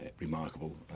remarkable